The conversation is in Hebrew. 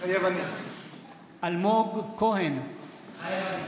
מתחייב אני אלמוג כהן, מתחייב אני